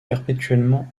perpétuellement